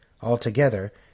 Altogether